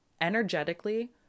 energetically